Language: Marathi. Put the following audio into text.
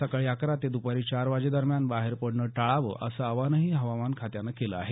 सकाळी अकरा ते द्पारी चार वाजेदरम्यान बाहेर पडणं टाळावं असं आवाहनही हवामान खात्यानं केलं आहे